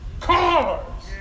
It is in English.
cars